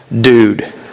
dude